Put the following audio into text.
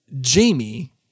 Jamie